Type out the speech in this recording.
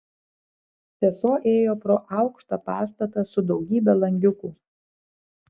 sesuo ėjo pro aukštą pastatą su daugybe langiukų